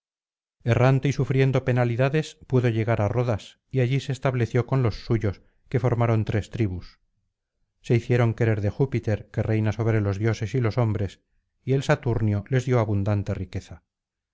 errante y sufriendo penalidades pudo llegar á rodas y allí se estableció con los suyos que formaron tres tribus se hicieron querer de júpiter que reina sobre los dioses y los hombres y el saturnio les dio abundante riqueza